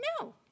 No